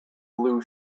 blue